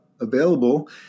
available